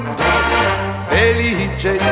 felice